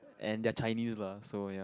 and they're Chinese lah so ya